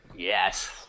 Yes